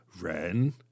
Ren